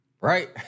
Right